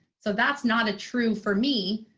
so that's not a true, for me,